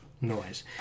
noise